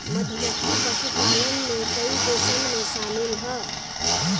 मधुमक्खी पशुपालन में कई देशन में शामिल ह